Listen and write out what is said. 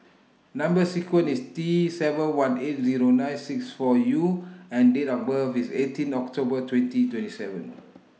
Number sequence IS T seven one eight Zero nine six four U and Date of birth IS eighteen October twenty twenty seven